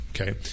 okay